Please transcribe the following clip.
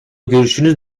görüşünüz